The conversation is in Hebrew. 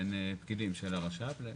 בין פקידים של הרש"פ לשלנו.